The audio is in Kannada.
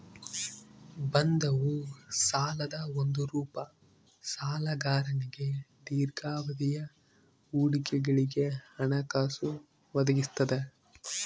ಬಂಧವು ಸಾಲದ ಒಂದು ರೂಪ ಸಾಲಗಾರನಿಗೆ ದೀರ್ಘಾವಧಿಯ ಹೂಡಿಕೆಗಳಿಗೆ ಹಣಕಾಸು ಒದಗಿಸ್ತದ